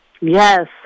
Yes